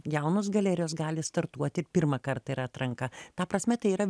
jaunos galerijos gali startuoti pirmą kartą yra atranka ta prasme tai yra